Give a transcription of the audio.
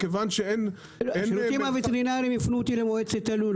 מכיוון --- השירותים הווטרינריים הפנו אותי למועצת הלול.